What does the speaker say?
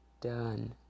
done